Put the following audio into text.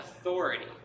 authority